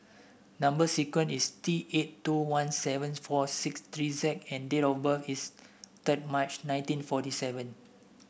number sequence is T eight two one seven four six three Z and date of birth is third March nineteen fourty seven